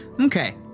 Okay